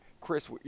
Chris